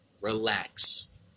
Relax